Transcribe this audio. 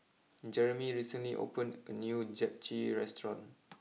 Jeremy recently opened a new Japchae restaurant